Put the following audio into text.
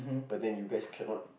but then you guys cannot